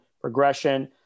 progression